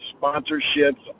sponsorships